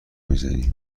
میزنی